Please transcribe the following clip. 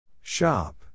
Shop